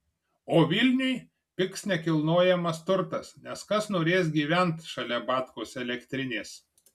o vilniuj pigs nekilnojamas turtas nes kas norės gyvent šalia batkos elektrinės